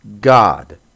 God